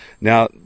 Now